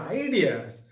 ideas